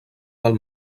del